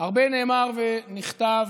הרבה נאמר ונכתב